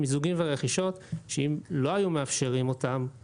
אם לא היו מאפשרים את המיזוגים והרכישות,